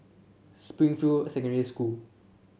Springfield Secondary School